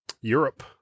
Europe